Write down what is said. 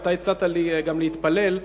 ואתה הצעת לי גם להתפלל.